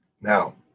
Now